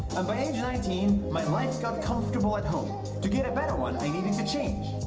and by age nineteen, my life got comfortable at home. to get a better one, i needed to change.